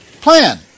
plan